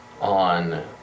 on